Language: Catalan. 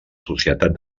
societat